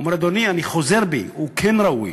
הוא אמר: אדוני, אני חוזר בי, הוא כן ראוי.